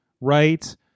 right